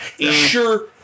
sure